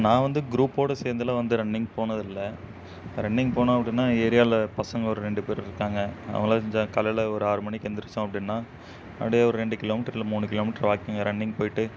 நான் வந்து குரூப்போடு சேர்ந்துலாம் வந்து ரன்னிங் போனதில்லை ரன்னிங் போனேன் அப்படின்னா ஏரியாவில பசங்க ஒரு ரெண்டு பேர் இருக்காங்க அவங்களெலாம் ஜா காலையில் ஒரு ஆறு மணிக்கு எழுந்திரிச்சோம் அப்படின்னா அப்படியே ஒரு ரெண்டு கிலோ மீட்டர் இல்லை மூணு கிலோ மீட்டர் வாக்கிங் ரன்னிங் போயிட்டு